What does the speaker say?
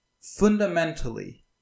fundamentally